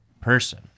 person